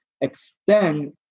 extend